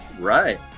right